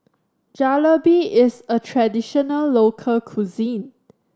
jalebi is a traditional local cuisine